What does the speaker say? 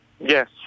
Yes